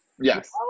Yes